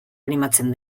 animatzen